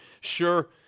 sure